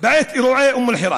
בעת אירועי אום אל-חיראן.